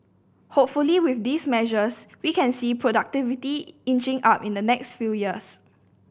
hopefully with these measures we can see productivity inching up in the next few years